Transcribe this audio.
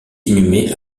inhumé